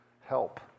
help